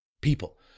people